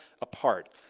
apart